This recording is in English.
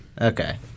okay